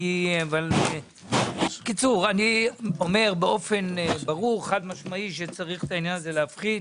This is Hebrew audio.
אבל אני אומר באופן ברור וחד משמעי שצריך את העניין הזה להפחית.